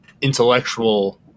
intellectual